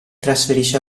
trasferisce